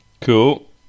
Cool